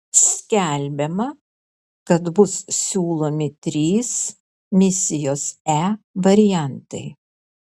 skelbiama kad bus siūlomi trys misijos e variantai